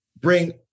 bring